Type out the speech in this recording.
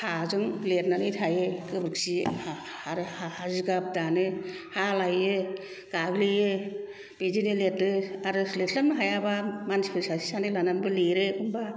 हाजों लिरनानै थायो गोबोरखि आरो जिगाब दानो हा लायो गाग्लियो बिदिनो लिरदो आरो लिरस्लाबनो हायाबा मानसिफोर सासे सानै लानानैबो लिरो एखमबा